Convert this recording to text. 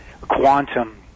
quantum